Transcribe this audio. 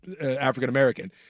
African-American